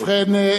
ובכן,